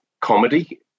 comedy